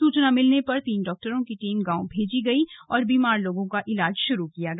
सूचना मिलने पर तीन डाक्टरों की टीम गांव पहुंची और बीमार लोगों का इलाज शुरू किया गया